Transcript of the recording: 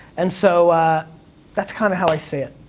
and so that's kind of how i see it.